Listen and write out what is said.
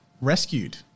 rescued